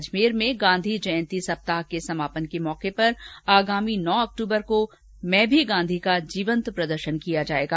अजमेर में गांधी जयंती सप्ताह के समापन के मौके पर आगामी नौ अक्टूबर को मैं भी गांधी का जीवन्त प्रदर्शन किया जाएगा